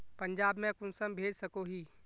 पंजाब में कुंसम भेज सकोही?